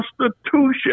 Constitution